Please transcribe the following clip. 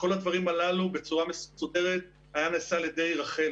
כל הדברים הללו בצורה מסודרת היו נעשים על ידי רח"ל,